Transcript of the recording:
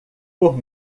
por